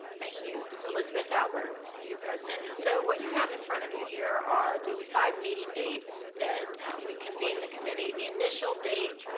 thank you. so elizabeth albert, view president. so what you have in front of you here are the five meetings meetings dates that we convened the committee. the initial date,